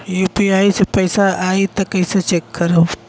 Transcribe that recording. UPI से पैसा आई त कइसे चेक खरब?